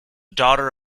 daughter